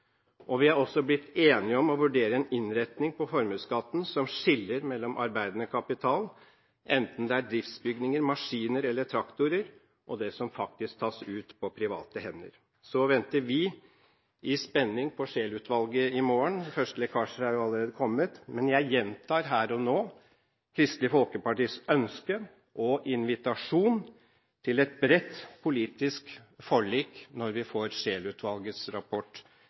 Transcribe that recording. og vi har også blitt enige om å vurdere en innretning på formuesskatten som skiller mellom arbeidende kapital – enten det er driftsbygninger, maskiner eller traktorer – og det som faktisk tas ut på private hender. Så venter vi i spenning på Scheel-utvalget i morgen. Første lekkasje er jo allerede kommet, men jeg gjentar her og nå Kristelig Folkepartis ønske om og invitasjon til et bredt politisk forlik når vi etter hvert får Scheel-utvalgets rapport